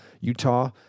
Utah